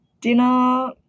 dinner